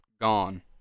gone